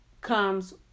comes